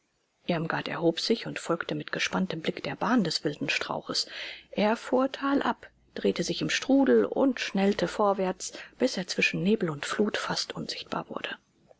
irmgard erhob sich und folgte mit gespanntem blick der bahn des wilden strauches er fuhr talab drehte sich im strudel und schnellte vorwärts bis er zwischen nebel und flut fast unsichtbar wurde